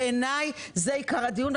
בעיניי, זה עיקר הדיון.